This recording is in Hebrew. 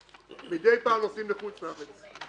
מידי פעם אנחנו נוסעים לחוץ לארץ.